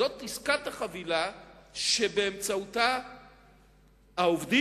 זו עסקת חבילה שבאמצעותה העובדים,